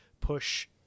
push